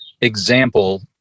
example